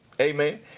Amen